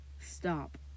stop